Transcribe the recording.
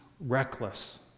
reckless